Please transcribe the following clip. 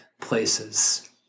places